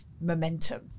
momentum